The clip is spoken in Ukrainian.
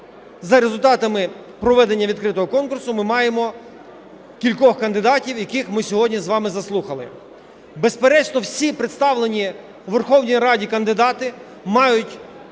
за результатами проведення відкритого конкурсу ми маємо кількох кандидатів, яких ми сьогодні з вами заслухали. Безперечно, всі представлені Верховній Раді кандидати мають